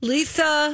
Lisa